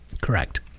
Correct